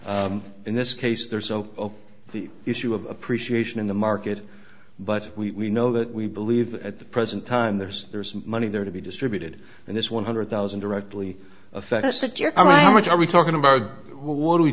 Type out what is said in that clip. but in this case there's so the issue of appreciation in the market but we know that we believe at the present time there's there's money there to be distributed and this one hundred thousand directly affects that your i mean how much are we talking about what are we